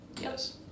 Yes